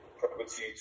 property